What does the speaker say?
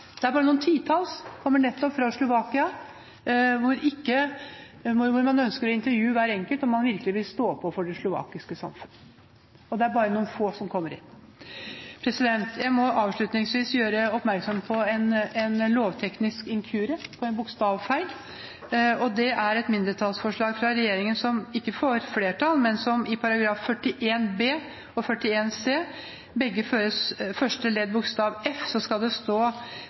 bare noen titalls. Jeg kommer nettopp fra Slovakia, hvor man ønsker å intervjue hver enkelt, og hvor man virkelig vil stå på for det slovakiske samfunnet. Og det er bare noen få som kommer inn. Jeg må avslutningsvis gjøre oppmerksom på en lovteknisk inkurie, en bokstavfeil. Det gjelder et mindretallsforslag fra regjeringspartiene som ikke får flertall. Det gjelder §§ 41 b og 41 c første ledd bokstav f. Det skal stå: